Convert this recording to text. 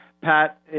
Pat